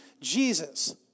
Jesus